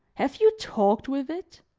have you talked with it?